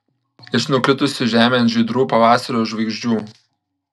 iš nukritusių žemėn žydrų pavasario žvaigždžių